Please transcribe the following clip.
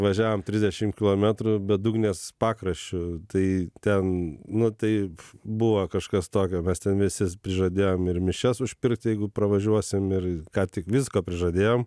važiavom trisdešim kilometrų bedugnės pakraščiu tai ten nu taip buvo kažkas tokio mes ten visi prižadėjom ir mišias užpirkt jeigu pravažiuosim ir ką tik visko prižadėjom